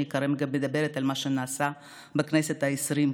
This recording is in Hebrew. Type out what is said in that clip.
אני כרגע מדברת על מה שנעשה בכנסת העשרים,